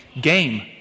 game